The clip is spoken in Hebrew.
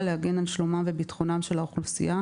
להגן על שלומה וביטחונה של האוכלוסייה.